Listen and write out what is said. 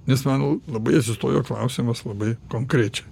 nes man labai atsistojo klausimas labai konkrečiai